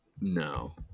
No